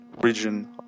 region